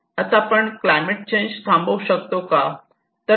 आता आपण climate change थांबवू शकतो का